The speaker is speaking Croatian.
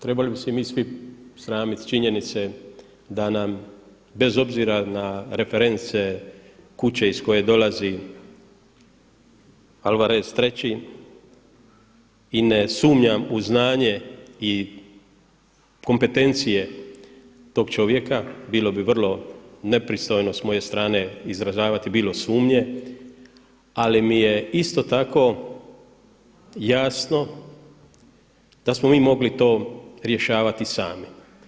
Trebali bi se mi svi sramiti činjenice da nam bez obzira na reference kuće iz koje dolazi Alvarez III i ne sumnjam u znanje i kompetencije tog čovjeka, bilo bi vrlo nepristojno s moje strane izražavati bilo sumnje, ali mi je isto tako jasno da smo mi mogli to rješavati sami.